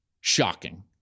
shocking